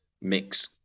mix